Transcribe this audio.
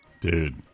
dude